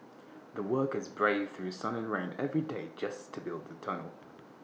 the workers braved through sun and rain every day just to build the tunnel